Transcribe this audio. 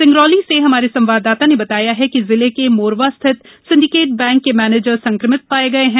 सिंगरौली से हमारे संवाददाता ने बताया है कि जिले के मोरवा स्थित सिंडिकेट बैंक के मैनेजर संक्रमित पाए गये हैं